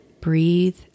breathe